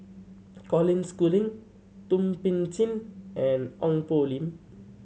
Colin Schooling Thum Ping Tjin and Ong Poh Lim